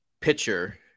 pitcher